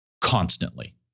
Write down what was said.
constantly